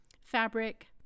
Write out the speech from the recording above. fabric